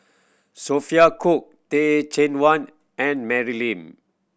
Sophia Cooke Teh Cheang Wan and Mary Lim